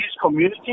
community